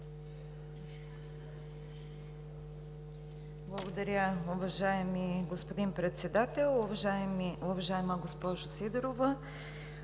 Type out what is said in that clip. Благодаря, уважаеми господин Председател. Уважаема госпожо Сидорова,